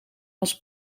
als